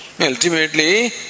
Ultimately